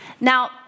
Now